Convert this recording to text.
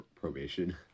probation